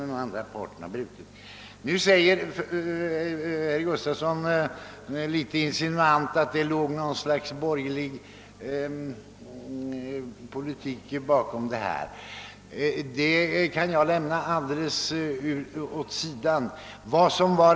Herr Gustafsson säger litet insinuant att det låg något slags borgerlig politik bakom detta. Det kan jag helt lämna åt sidan.